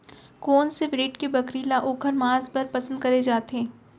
कोन से ब्रीड के बकरी ला ओखर माँस बर पसंद करे जाथे?